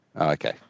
Okay